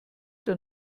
der